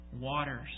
waters